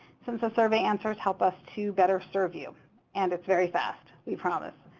since the survey answers help us to better serve you and it's very fast, we promise.